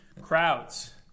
crowds